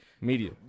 media